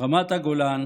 רמת הגולן,